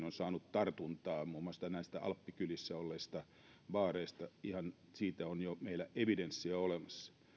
on saanut tartuntoja muun muassa näistä alppikylissä olleista baareista siitä on meillä jo evidenssiä olemassa